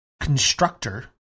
Constructor